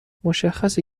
مشخصه